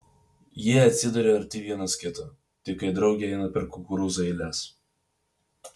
jie atsiduria arti vienas kito tik kai drauge eina per kukurūzų eiles